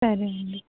సరే అండి